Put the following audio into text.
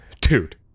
Dude